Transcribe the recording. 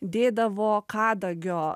dėdavo kadagio